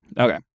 Okay